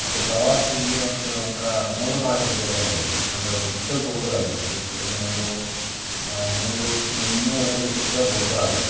ಅದು ಪ್ರವಾಸಿಗೆ ಒಂತ್ ಒಂಥರ ನೋಡೋ ಹಾಗೆ ದೇವಾಲಯ ಇದು ಅಂದ್ರೆ ದೊಡ್ಡ ಗೋಪುರ ಇದು ಹೆಚ್ಚು ಕಮ್ಮಿ ಒಂದು ನೂರೈವತ್ತಿಂದ ಇನ್ನೂರು ಅಡಿ ಉದ್ದ ಗೋಪುರ ಅದು